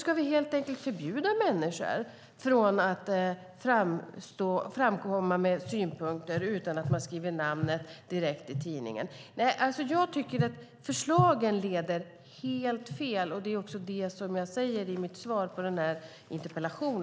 Ska vi helt enkelt förbjuda människor att framkomma med synpunkter utan att skriva sitt namn direkt i tidningen? Nej, jag tycker att förslagen leder helt fel, och det är också det jag säger i mitt svar på denna interpellation.